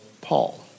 Paul